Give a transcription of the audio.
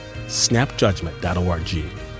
snapjudgment.org